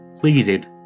pleaded